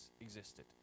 existed